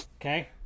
Okay